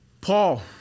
Paul